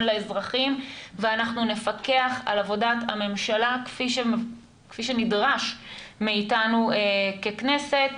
לאזרחים ואנחנו נפקח על עבודת הממשלה כפי שנדרש מאיתנו ככנסת,